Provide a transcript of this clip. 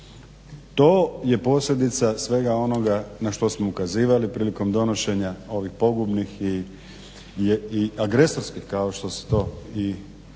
To je posljedica svega onoga na što smo ukazivali prilikom donošenja ovih pogubnih i agresorskih, kao što se to i već